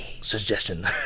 Suggestion